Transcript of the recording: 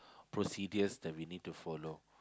procedures that we need to follow